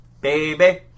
baby